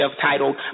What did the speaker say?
titled